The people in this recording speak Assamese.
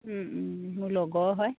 মোৰ লগৰ হয়